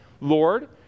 Lord